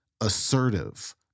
assertive